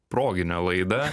proginę laidą